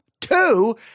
Two